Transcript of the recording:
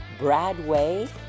Bradway